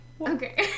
Okay